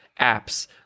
apps